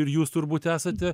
ir jūs turbūt esate